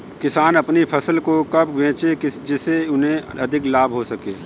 किसान अपनी फसल को कब बेचे जिसे उन्हें अधिक लाभ हो सके?